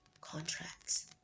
contracts